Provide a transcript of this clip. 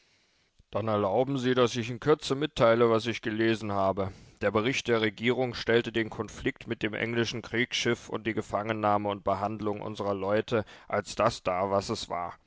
dann erlauben sie daß ich in kürze mitteile was ich gelesen habe der bericht der regierung stellte den konflikt mit dem englischen kriegsschiff und die gefangennahme und behandlung unserer leute als das dar was er war